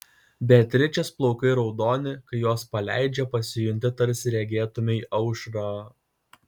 beatričės plaukai raudoni kai juos paleidžia pasijunti tarsi regėtumei aušrą